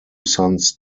sons